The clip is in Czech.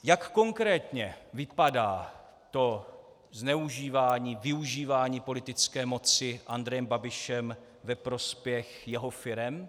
Jak konkrétně vypadá to zneužívání, využívání politické moci Andrejem Babišem ve prospěch jeho firem?